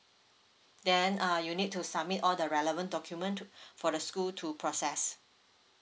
then uh you need to submit all the relevant document for the school to process